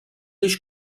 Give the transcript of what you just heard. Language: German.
ich